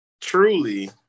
truly